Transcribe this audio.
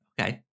okay